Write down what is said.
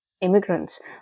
immigrants